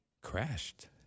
crashed